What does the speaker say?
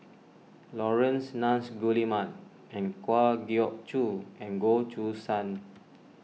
Laurence Nunns Guillemard and Kwa Geok Choo and Goh Choo San